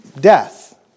death